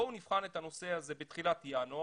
בואו נבחן את הנושא הזה בתחילת ינואר.